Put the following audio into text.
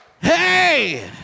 Hey